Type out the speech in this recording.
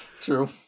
True